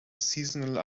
seasonal